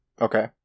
okay